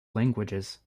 languages